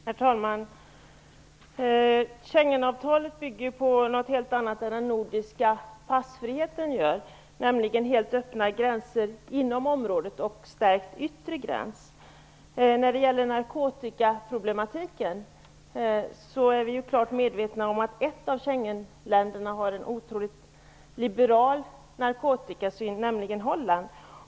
Herr talman! Schengenavtalet bygger på något helt annat än den nordiska passfriheten - nämligen helt öppna gränser inom området och en stärkt yttre gräns. När det gäller narkotikaproblematiken är vi klart medvetna om att ett av Schengenländerna har en otroligt liberal narkotikasyn, nämligen Holland.